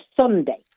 Sunday